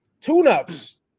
Tune-ups